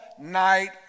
night